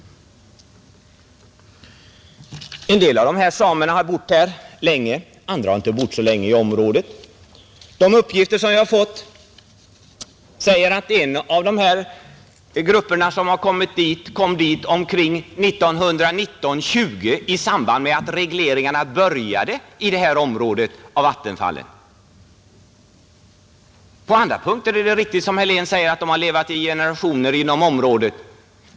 En del av de samer det här gäller har bott länge i området; andra har inte bott särskilt länge där. En av de samegrupper som finns där kom enligt uppgift dit omkring 1919—1920 i samband med att regleringarna av vattenfallen i området påbörjades. I andra fall har samerna, som herr Helén sade, levat i generationer i området.